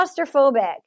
claustrophobic